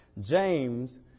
James